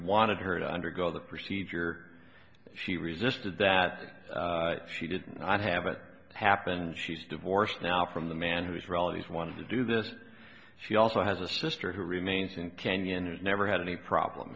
wanted her to undergo the procedure she resisted that she did not have it happen and she's divorced now from the man whose relatives wanted to do this she also has a sister who remains in kenya and has never had any problem